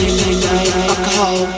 Alcohol